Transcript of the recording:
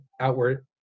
outward